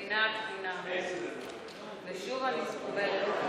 ואם ככה מתנהלת קואליציה, אז צריך.